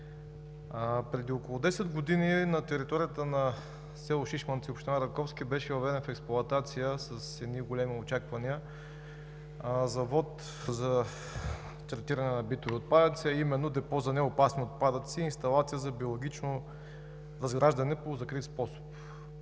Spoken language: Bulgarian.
Преди около десет години на територията на село Шишманци, община Раковски, беше въведен в експлоатация с едни големи очаквания Завод за третиране на битови отпадъци, а именно Депо за неопасни отпадъци и инсталации за биологично разграждане по закрит способ.